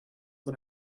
man